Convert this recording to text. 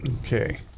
Okay